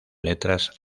letras